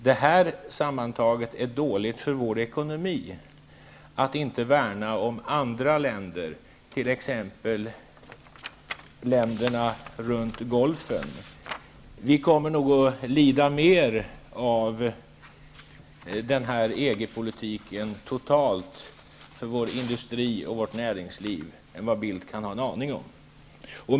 Det här sammantaget är dåligt för vår ekonomi, att inte värna om andra länder, t.ex. länderna runt Gulfen. Vi kommer nog att lida mer av den här EG politiken totalt sett, i vår industri och vårt näringsliv, än vad Bildt kan ha en aning om.